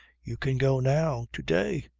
you can go now, to-day,